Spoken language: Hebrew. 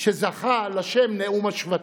שזכה לשם "נאום השבטים".